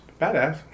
badass